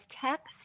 text